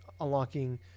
unlocking